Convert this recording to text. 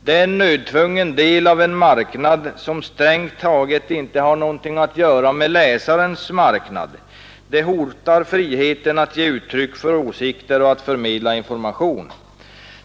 Det är en nödtvungen del av en marknad som strängt taget inte har någonting att göra med läsarens marknad, det hotar friheten att ge uttryck för åsikter och att förmedla information.